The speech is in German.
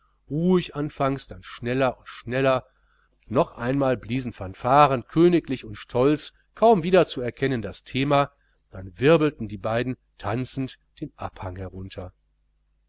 ruhig anfangs dann schneller und schneller noch einmal bliesen fanfaren königlich und stolz kaum wiederzuerkennen das thema dann wirbelten die beiden tanzend den abhang herunter